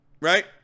Right